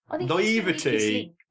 naivety